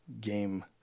game